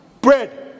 bread